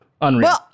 Unreal